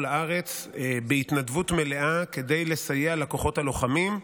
לארץ בהתנדבות מלאה כדי לסייע לכוחות הלוחמים,